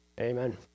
Amen